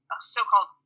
so-called